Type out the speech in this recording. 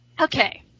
Okay